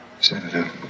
Senator